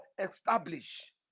establish